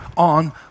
on